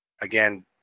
again